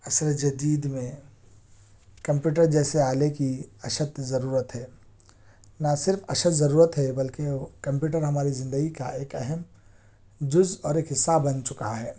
عصر جدید میں کمپیوٹر جیسے آلے کی اشد ضرورت ہے نہ صرف اشد ضرورت ہے بلکہ وہ کمپیوٹر ہماری زندگی کا ایک اہم جز اور ایک حصہ بن چکا ہے